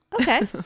okay